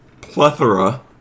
plethora